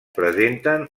presenten